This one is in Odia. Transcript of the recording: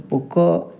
ପୋକ